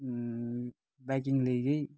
बाइकिङले यही